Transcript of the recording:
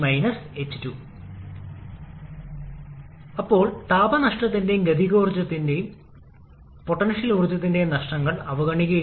തീർച്ചയായും ഇവിടെ കാര്യക്ഷമത കണക്കാക്കാൻ നമ്മൾക്ക് കഴിയില്ല നൽകിയിരിക്കുന്ന മൊത്തം താപ ഇൻപുട്ട് നമ്മൾ അറിഞ്ഞിരിക്കണം